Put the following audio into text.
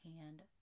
hand